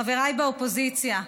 חבריי באופוזיציה,